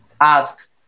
ask